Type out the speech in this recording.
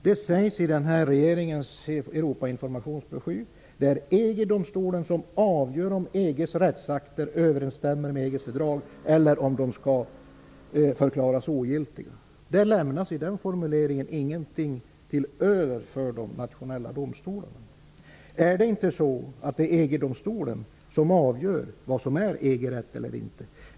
Det sägs i regeringens domstolen som avgör om EG:s rättsakter överensstämmer med EG:s fördrag eller om de skall förklaras ogiltiga. Det lämnas i den formuleringen ingenting över för de nationella domstolarna. Är det inte EG-domstolen som avgör vad som är EG-rätt eller inte?